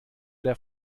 der